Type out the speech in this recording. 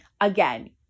Again